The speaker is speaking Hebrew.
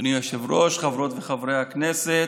אדוני היושב-ראש, חברות וחברי הכנסת,